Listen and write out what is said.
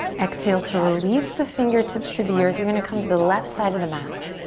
exhale to release the fingertips to the earth. you're gonna come to the left side of the mat.